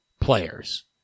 players